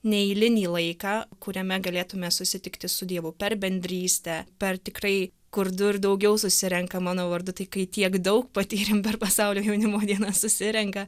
neeilinį laiką kuriame galėtumėme susitikti su dievu per bendrystę per tikrai kur du ir daugiau susirenka mano vardu tai kai tiek daug patyrėm per pasaulio jaunimo dienas susirenka